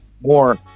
more